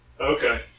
Okay